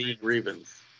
grievance